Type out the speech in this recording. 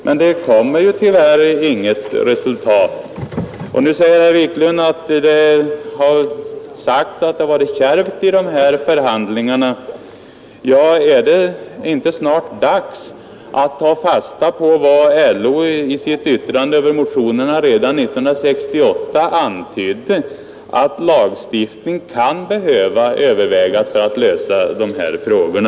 Men det blir tyvärr inget resultat. Herr Wiklund talade om att det har sagts att det varit kärvt i dessa förhandlingar. Är det inte snart dags att ta fasta på vad LO antydde i sitt yttrande över motioner redan 1968, nämligen att lagstiftning kan behöva övervägas för att lösa de här frågorna?